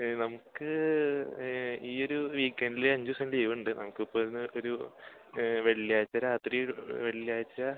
നമക്ക് ഈ ഒരു വീക്കെൻഡിൽ അഞ്ചു ദിവസം ലീവുണ്ട് നമുക്കിപ്പോൾ എന്നാ ഒരു വെള്ളിയാഴ്ച്ച രാത്രി വെള്ളിയാഴ്ച